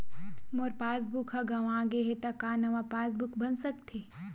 मोर passbook ह गंवा गे हे त का नवा पास बुक बन सकथे?